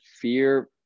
fear